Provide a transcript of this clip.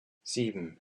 sieben